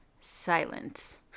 silence